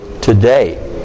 today